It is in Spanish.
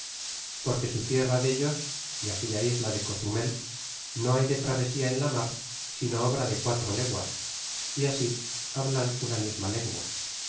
porque su tierra dellos y aquella isla de cozutnel no hay de travesía en la mar sino obra de quatro leguas y así hablan una misma lengua